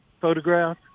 photograph